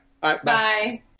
Bye